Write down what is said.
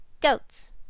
Goats